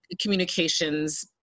communications